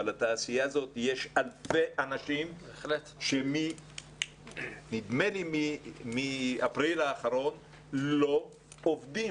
אבל בתעשייה הזאת יש אלפי אנשים שנדמה לי שמאפריל האחרון לא עובדים.